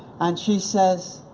and she says,